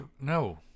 No